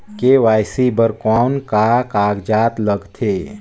KYC बर कौन का कागजात लगथे?